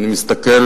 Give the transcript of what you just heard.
אני מסתכל